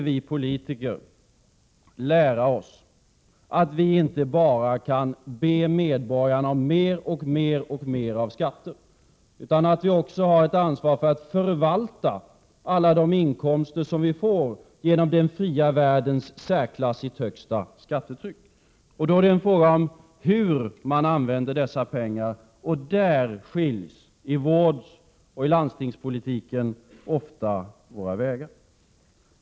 Vi politiker måste lära oss att vi inte bara kan be medborgarna om mer och mer skattepengar. Vi har också ett ansvar för att förvalta alla de inkomster — Prot. 1987/88:96 som vi får genom den fria världens i särklass högsta skattetryck. Det är en — 8 april 1988 fråga om hur man använder dessa pengar, och där skiljs ofta våra vägar i vårdoch landstingspolitiken.